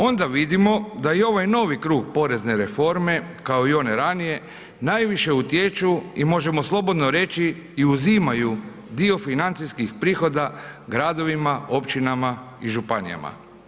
Onda vidimo da i ovaj novi krug porezne reforme kao i one ranije najviše utječu i možemo slobodno reći i uzimaju dio financijskih prihoda gradovima, općinama i županijama.